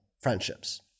friendships